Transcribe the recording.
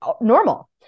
normal